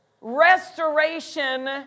restoration